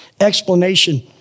explanation